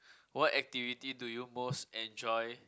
what activity do you most enjoy